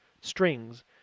strings